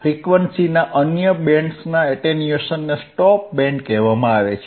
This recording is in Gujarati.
ફ્રીક્વન્સીના અન્ય બેન્ડ્સના એટેન્યુએશનને સ્ટોપ બેન્ડ કહેવામાં આવે છે